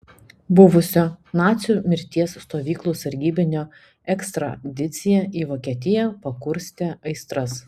buvusio nacių mirties stovyklų sargybinio ekstradicija į vokietiją pakurstė aistras